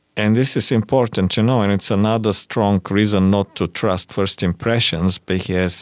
and this is important to know and it's another strong reason not to trust first impressions because